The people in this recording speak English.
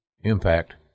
Impact